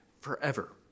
forever